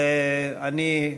אני,